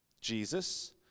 Jesus